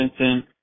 Vincent